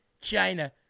China